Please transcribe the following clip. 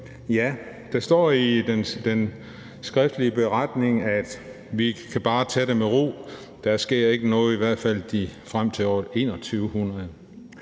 ja, der står i den skriftlige redegørelse, at vi bare kan tage det med ro. Der sker ikke noget i hvert fald frem til år 2100.